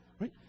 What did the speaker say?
Right